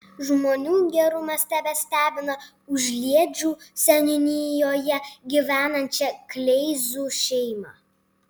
žmonių gerumas tebestebina užliedžių seniūnijoje gyvenančią kleizų šeimą